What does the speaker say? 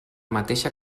mateixa